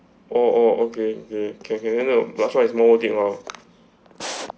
oh oh oh okay okay can can then uh but which one is more big [one] ah